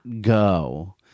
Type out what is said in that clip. go